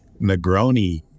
Negroni